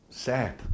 Sad